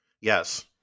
yes